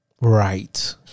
Right